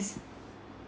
~'s